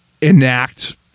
enact